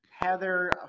Heather